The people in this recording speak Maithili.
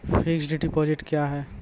फिक्स्ड डिपोजिट क्या हैं?